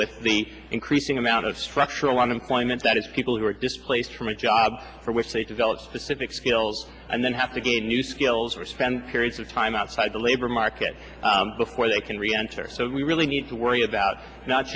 with the increasing amount of structural unemployment that is people who are displaced from a job for which they develop specific skills and then have to gain new skills or spend periods of time outside the labor market before they can reenter so we really need to worry about not